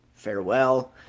farewell